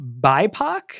BIPOC